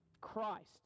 Christ